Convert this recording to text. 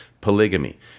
polygamy